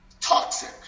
toxic